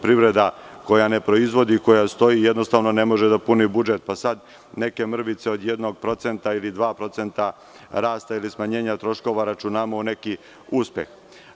Privreda koja ne proizvodi, koja stoji jednostavno ne može da puni budžet, pa sada neke mrvice od jednog procenta ili dva procenta rasta ili smanjenja troškova računamo u neki uspeh.